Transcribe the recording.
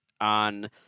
on